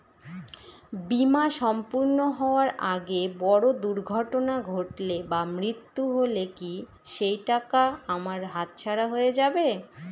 বীমা সম্পূর্ণ হওয়ার আগে বড় দুর্ঘটনা ঘটলে বা মৃত্যু হলে কি সেইটাকা আমার হাতছাড়া হয়ে যাবে?